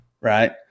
Right